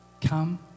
Come